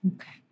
Okay